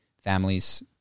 families